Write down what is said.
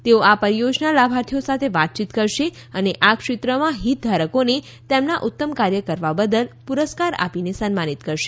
તેઓ આ પરિયોજના લાભાર્થીઓ સાથે વાતયીત કરશે અને આ ક્ષેત્રમાં હિતધારકોને તેમના ઉત્તમકાર્ય કરવા બદલ પુરસ્કાર આપીને સન્માનિત કરશે